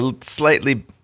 slightly